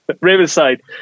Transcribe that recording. Riverside